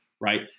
right